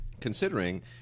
considering